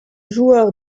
joueur